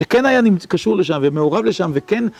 וכן היה קשור לשם, ומעורב לשם, וכן...